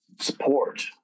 support